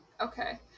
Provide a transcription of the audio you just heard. Okay